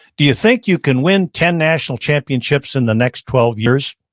do you think you can win ten national championships in the next twelve years?